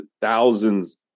thousands